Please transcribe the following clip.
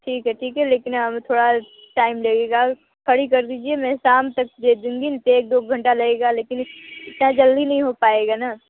ठीक है ठीक है लेकिन हमें थोड़ा टाइम लगेगा खड़ी कर दीजिए मैं शाम तक दे दूँगी डेढ़ दो घंटा लगेगा लेकिन क्या जल्दी नहीं हो पाएगा ना